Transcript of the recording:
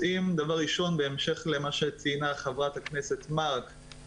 בהמשך למה שציינה חברת הכנסת מארק,